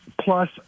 plus